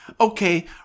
okay